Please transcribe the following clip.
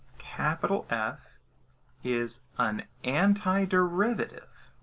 capital f is an antiderivative